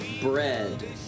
bread